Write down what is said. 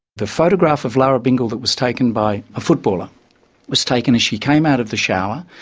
the photograph of lara bingle that was taken by a footballer was taken as she came out of the shower,